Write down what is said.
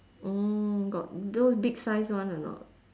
mm got those big size one or not